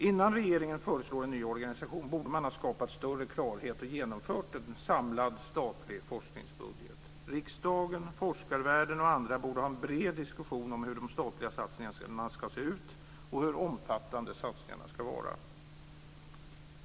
Innan regeringen föreslår en ny organisation borde man ha skapat större klarhet och genomfört en samlad statlig forskningsbudget. Riksdagen, forskarvärlden och andra borde ha en bred diskussion om hur de statliga satsningarna ska se ut och hur omfattande de ska vara.